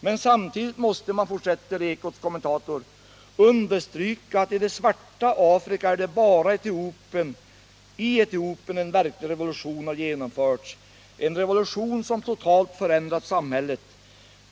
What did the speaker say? Men samtidigt måste man, fortsätter Ekots kommentator, understryka att i det svarta Afrika är det bara i Etiopien en verklig revolution har genomförts, en revolution, som totalt förändrat samhället.